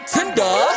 Tinder